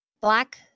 Black